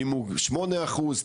אם הוא שמונה אחוז,